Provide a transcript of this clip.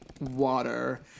water